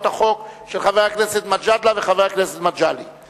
החוק של חבר הכנסת מג'אדלה וחבר הכנסת מגלי והבה.